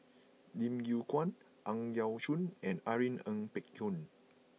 Lim Yew Kuan Ang Yau Choon and Irene Ng Phek Hoong